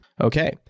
Okay